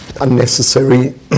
unnecessary